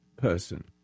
person